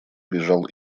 бежал